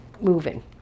moving